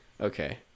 Okay